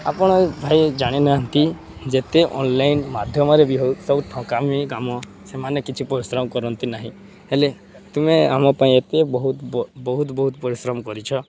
ଆପଣ ଭାଇ ଜାଣିନାହାନ୍ତି ଯେତେ ଅନ୍ଲାଇନ୍ ମାଧ୍ୟମରେ ବି ହେଉ ସବୁ ଠକାମି କାମ ସେମାନେ କିଛି ପରିଶ୍ରମ କରନ୍ତି ନାହିଁ ହେଲେ ତୁମେ ଆମ ପାଇଁ ଏତେ ବହୁତ ବହୁତ ବହୁତ ପରିଶ୍ରମ କରିଛ